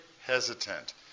hesitant